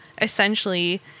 essentially